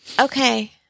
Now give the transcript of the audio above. Okay